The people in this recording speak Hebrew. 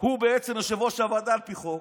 הוא בעצם יושב-ראש הוועדה על פי חוק,